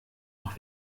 noch